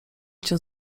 cię